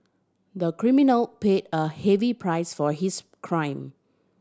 the criminal paid a heavy price for his crime